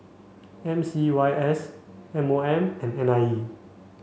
M C Y S M O M and N I E